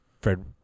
Fred